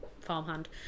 farmhand